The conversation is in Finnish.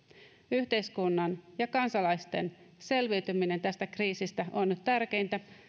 yhteiskunnan ja kansalaisten selviytyminen tästä kriisistä on nyt tärkeintä